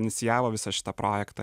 inicijavo visą šitą projektą